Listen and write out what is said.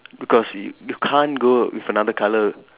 because it you can't go with another colour